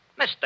Mr